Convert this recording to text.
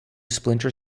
splinter